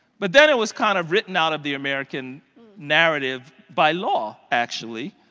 but then it was kind of written out of the american narrative by law actually.